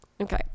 Okay